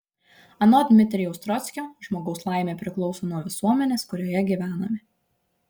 anot dmitrijaus trockio žmogaus laimė priklauso nuo visuomenės kurioje gyvename